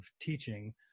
teaching